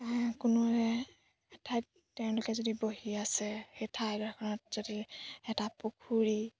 কোনোৱে এঠাইত তেওঁলোকে যদি বহি আছে সেই ঠাইডখৰত যদি এটা পুখুৰী